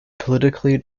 politically